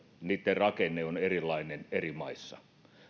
rakenne on erilainen eri maissa